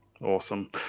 Awesome